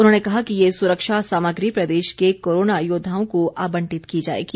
उन्होंने कहा कि ये सुरक्षा सामग्री प्रदेश के कोरोना योद्वाओं को आबंटित की जाएगी